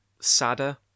Sadder